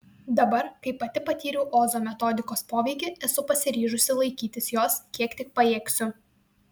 dabar kai pati patyriau ozo metodikos poveikį esu pasiryžusi laikytis jos kiek tik pajėgsiu